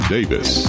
Davis